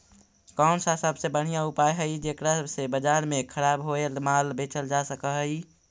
कौन सा सबसे बढ़िया उपाय हई जेकरा से बाजार में खराब होअल माल बेचल जा सक हई?